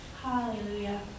Hallelujah